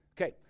Okay